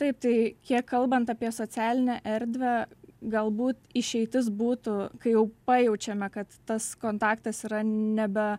taip tai kiek kalbant apie socialinę erdvę galbūt išeitis būtų kai jau pajaučiame kad tas kontaktas yra nebe